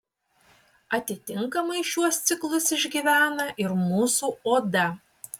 atitinkamai šiuos ciklus išgyvena ir mūsų oda